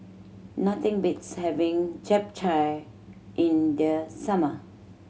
nothing beats having Japchae in the summer